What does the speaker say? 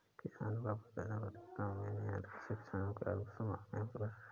किसानों का प्रदर्शन प्रत्येक गांव के मेहनतकश किसानों के आत्मसम्मान का प्रदर्शन है